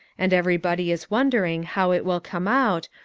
and everybody is wondering how it will come out,